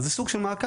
אז זה סוג של מעקף.